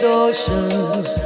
oceans